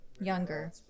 younger